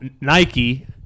Nike